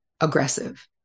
aggressive